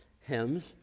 hymns